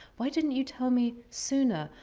why didn't you tell me sooner?